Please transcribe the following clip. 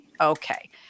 Okay